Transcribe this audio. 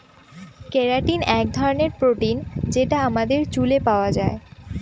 keratin এক ধরনের protein যেটা আমাদের চুলে পাওয়া যায়